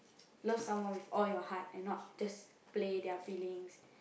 love someone with all your heart and not just play their feelings